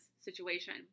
situation